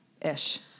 ish